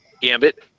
Gambit